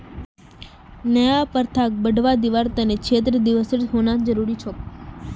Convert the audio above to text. नया प्रथाक बढ़वा दीबार त न क्षेत्र दिवसेर होना जरूरी छोक